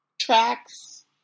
tracks